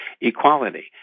equality